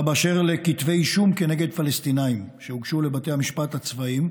באשר לכתבי אישום כנגד פלסטינים שהוגשו לבתי המשפט הצבאיים,